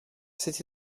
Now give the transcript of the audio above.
c’est